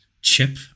Chip